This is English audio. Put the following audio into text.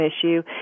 issue